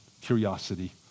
curiosity